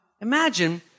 Imagine